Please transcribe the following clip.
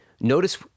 notice